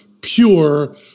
pure